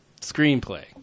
screenplay